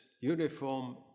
uniform